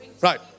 Right